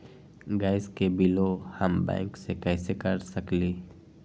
Gas के बिलों हम बैंक से कैसे कर सकली?